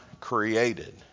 created